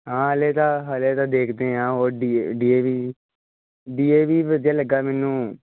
ਹਾਂ ਹਲੇ ਤਾਂ ਹਲੇ ਤਾਂ ਦੇਖਦੇ ਆ ਉਹ D A V D A V D A V ਵਧੀਆ ਲੱਗਾ ਮੈਨੂੰ